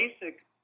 basic